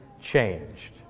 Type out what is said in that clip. changed